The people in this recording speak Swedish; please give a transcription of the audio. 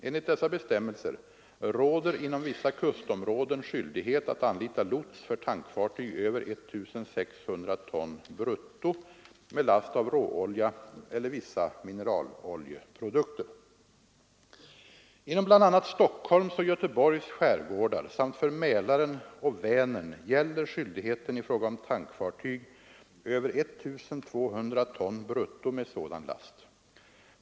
Enligt dessa bestämmelser råder inom vissa kustområden skyldighet att anlita lots för tankfartyg över 1 600 ton brutto med last av råolja eller vissa mineraloljeprodukter. Inom bl.a. Stockholms och Göteborgs skärgårdar samt för Mälaren och Vänern gäller skyldigheten i fråga om tankfartyg över 1 200 ton brutto med sådan last.